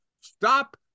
Stop